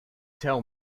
tell